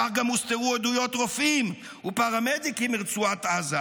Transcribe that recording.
כך גם הוסתרו עדויות רופאים ופרמדיקים מרצועת עזה,